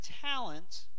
talent